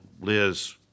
Liz